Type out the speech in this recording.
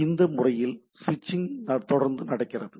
எனவே இந்த முறையில் ஸ்விட்சிங் தொடர்ந்து நடக்கிறது